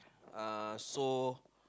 uh so